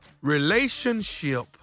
Relationship